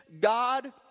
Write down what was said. God